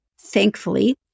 Thankfully